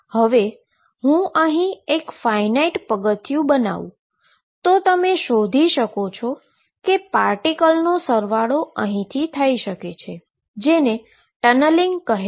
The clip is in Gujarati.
હવે જો હું અહી એક ફાઈનાઈટ પગથીયું બનાવુ તો તમે શોધી શકશો કે પાર્ટીકલનો સરવાળો અહીથી પસાર થઈ શકે છે જેને ટનલીંગ કહે છે